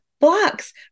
blocks